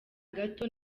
gato